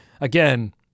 again